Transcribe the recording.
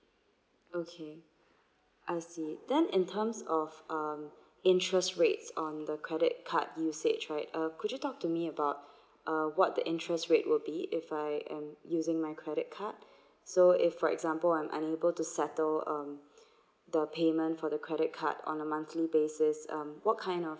okay I see then in terms of um interest rates on the credit card usage right uh could you talk to me about uh what the interest rate will be if I am using my credit card so if for example I'm unable to settle um the payment for the credit card on a monthly basis um what kind of